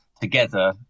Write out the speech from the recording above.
together